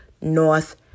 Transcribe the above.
North